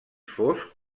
fosc